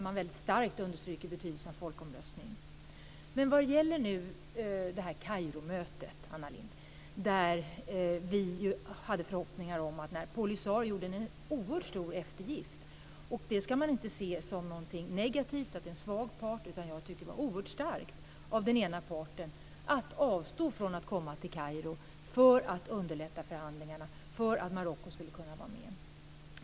Man understryker starkt betydelsen av en folkomröstning. Vad gäller Kairomötet, Anna Lindh, hade vi ju förhoppningar. Polisario gjorde en oerhört stor eftergift. Det ska man inte se som någonting negativt, som att det är en svag part. Jag tycker att det var oerhört starkt av den ena parten att avstå från att komma till Kairo för att underlätta förhandlingarna och för att Marocko skulle kunna vara med.